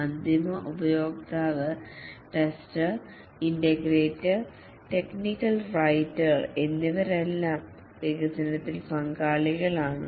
അന്തിമ ഉപയോക്താവ് tester integrator technical writer എന്നിവരെല്ലാം വികസനത്തിൽ പങ്കാളികളാണ്